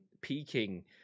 peaking